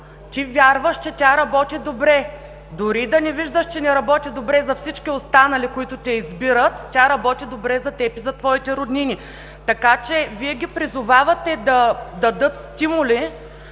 вярваш, че тя работи добре. Дори и да не виждаш, че не работи добре за всички останали, които те избират, тя работи добре за теб и за твоите роднини. Така че, Вие ги призовавате да дадат стимули